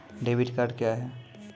Debit card क्या हैं?